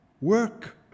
Work